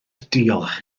diolch